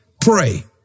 pray